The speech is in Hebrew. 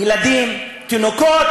ילדים ותינוקות,